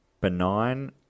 benign